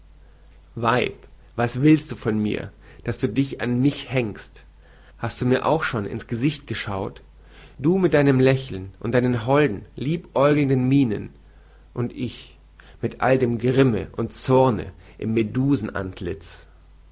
weib was willst du von mir daß du dich an mich hängst hast du mir auch schon ins gesicht geschaut du mit deinem lächeln und deinen holden liebäugelnden mienen und ich mit all dem grimme und zorne im